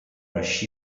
rush